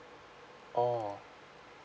orh